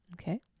Okay